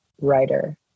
writer